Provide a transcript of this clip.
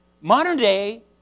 modern-day